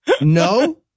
No